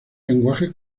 lenguaje